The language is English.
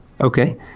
Okay